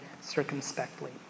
circumspectly